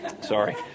Sorry